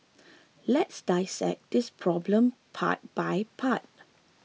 let's dissect this problem part by part